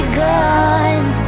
gone